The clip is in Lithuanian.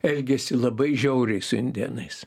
elgėsi labai žiauriai su indėnais